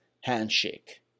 handshake